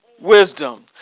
wisdom